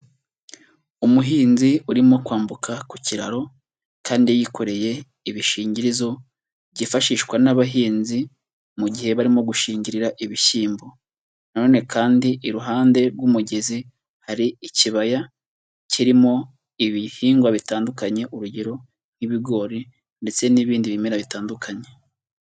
Umuhinzi urimo kwambuka ku kiraro kandi yikoreye ibishingirizo byifashishwa n'abahinzi mu gihe barimo gushingirira ibishyimbo, na none kandi iruhande rw'umugezi hari ikibaya kirimo ibihingwa bitandukanye, urugero nk'ibigori ndetse n'ibindi bimera bitandukanye.